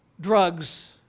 drugs